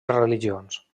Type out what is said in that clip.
religions